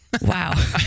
Wow